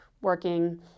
working